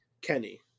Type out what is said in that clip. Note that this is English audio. Kenny